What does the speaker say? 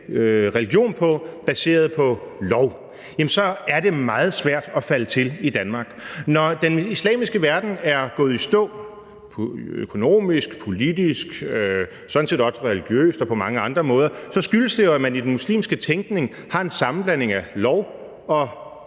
religion på, der er baseret på lov, jamen så er det meget svært at falde til i Danmark. Når den islamiske verden er gået i stå – økonomisk, politisk og sådan set også religiøst og på mange andre måder – skyldes det jo, at man i den muslimske tænkning har en sammenblanding af lov og